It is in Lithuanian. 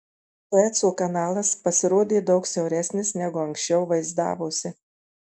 sueco kanalas pasirodė daug siauresnis negu anksčiau vaizdavosi